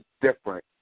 different